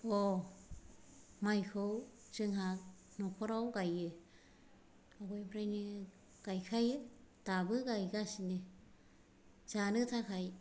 अ माइखौ जोंहा न'खराव गायो आगोलनिफ्रायनो गायखायो दाबो गायगासिनो जानो थाखाय